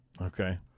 Okay